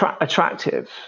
attractive